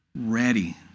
ready